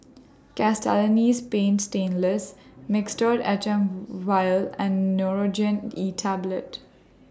Castellani's Paint Stainless Mixtard H M Vial and Nurogen E Tablet